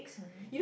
mmhmm